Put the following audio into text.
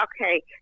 Okay